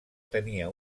tenia